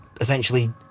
essentially